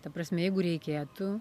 ta prasme jeigu reikėtų